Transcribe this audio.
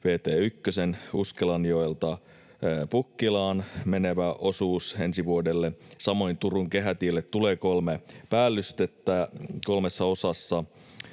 1:n Uskelanjoelta Pukkilaan menevä osuus ensi vuodelle, samoin Turun kehätielle tulee kolme päällystettä kolmessa osassa.